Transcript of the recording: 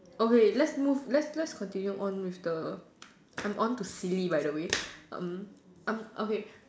okay let's move let's let's continue on with the I'm on to silly by the way um um okay